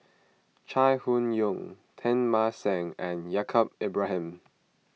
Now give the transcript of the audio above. Chai Hon Yoong Teng Mah Seng and Yaacob Ibrahim